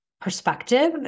perspective